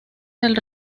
del